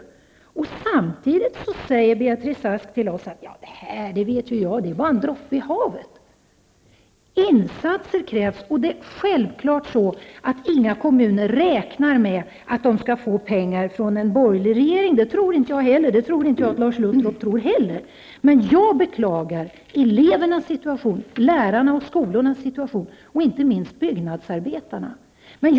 Samtidigt säger Beatrice Ask till oss att de 300 milj.kr. bara är en droppe i havet. Det krävs insatser och självfallet är det inga kommuner som räknar med att de skall få pengar av en borgerlig regering. Det tror inte jag och det tror inte heller Lars Luthropp. Jag beklagar elevernas, lärarnas, skolornas och inte minst byggnadsarbetarnas situation.